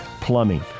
Plumbing